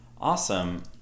awesome